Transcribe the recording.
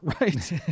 Right